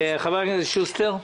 חבר הכנסת שוסטר.